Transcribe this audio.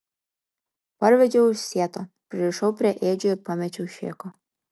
parvedžiau už sieto pririšau prie ėdžių ir pamečiau šėko